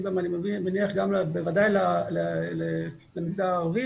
אני מניח שיתאים בוודאי למגזר הערבי